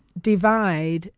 divide